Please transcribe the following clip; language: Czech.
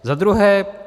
Za druhé.